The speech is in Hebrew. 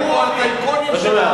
ישבו הטייקונים של,